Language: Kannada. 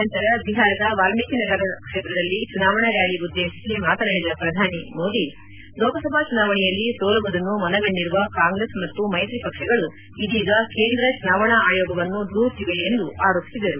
ನಂತರ ಬಿಹಾರದ ವಾಲ್ಮೀಕಿ ನಗರ ಕ್ಷೇತ್ರದಲ್ಲಿ ಚುನಾವಣಾ ರ್ಕಾಲಿ ಉದ್ದೇಶಿಸಿ ಮಾತನಾಡಿದ ಪ್ರಧಾನಿ ಮೋದಿ ಲೋಕಸಭಾ ಚುನಾವಣೆಯಲ್ಲಿ ಸೋಲುವುದನ್ನು ಮನಗಂಡಿರುವ ಕಾಂಗ್ರೆಸ್ ಮತ್ತು ಮೈತ್ರಿ ಪಕ್ಷಗಳು ಇದೀಗ ಕೇಂದ್ರ ಚುನಾವಣಾ ಆಯೋಗವನ್ನು ದೂರುತ್ತಿವೆ ಎಂದು ಆರೋಪಿಸಿದರು